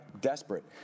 desperate